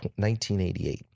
1988